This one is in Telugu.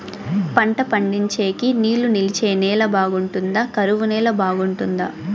పంట పండించేకి నీళ్లు నిలిచే నేల బాగుంటుందా? కరువు నేల బాగుంటుందా?